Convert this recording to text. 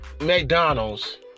McDonald's